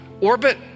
orbit